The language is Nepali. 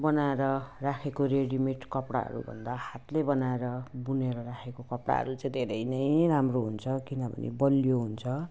बनाएर राखेको रेडिमेड कपडाहरूभन्दा हातले बनाएर बुनेर राखेको कपडाहरू चाहिँ धेरै नै राम्रो हुन्छ किनभने बलियो हुन्छ